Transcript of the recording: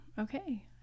Okay